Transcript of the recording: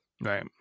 Right